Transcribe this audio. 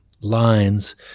lines